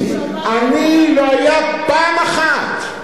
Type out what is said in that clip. לא היתה פעם אחת,